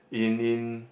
in in